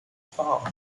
paul